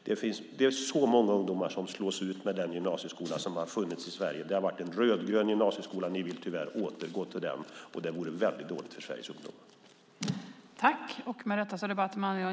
Det är så många ungdomar som slås ut med den gymnasieskola som har funnits i Sverige. Det har varit en rödgrön gymnasieskola, och ni vill tyvärr återgå till den. Det vore väldigt dåligt för Sveriges ungdomar.